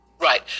Right